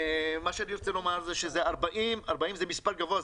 מה שאני רוצה לומר זה ש-40 זה מספר גבוה.